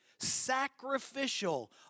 sacrificial